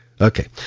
Okay